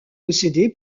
posséder